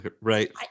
Right